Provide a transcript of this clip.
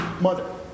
mother